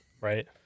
right